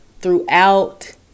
throughout